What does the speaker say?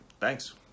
Thanks